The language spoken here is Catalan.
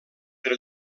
per